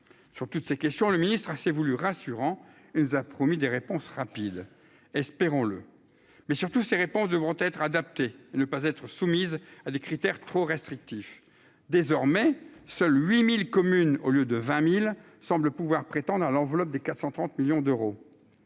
sur toutes ces questions, le ministre a s'est voulu rassurant, il a promis des réponses rapides, espérons-le, mais surtout ces réponses devront être adaptés, ne pas être soumises à des critères trop restrictifs, désormais, seuls 8000 communes au lieu de 20 mille semblent pouvoir prétendre à l'enveloppe de 430 millions d'euros